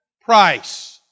price